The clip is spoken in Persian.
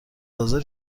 حاضر